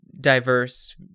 diverse